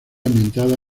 ambientada